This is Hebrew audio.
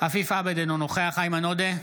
עפיף עבד, אינו נוכח איימן עודה,